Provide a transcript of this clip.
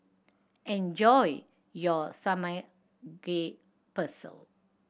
enjoy your Samgeyopsal